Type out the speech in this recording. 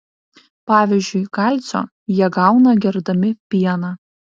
pavyzdžiui kalcio jie gauna gerdami pieną